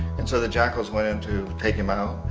and so the jackals went in to take him out.